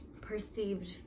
perceived